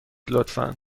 لطفا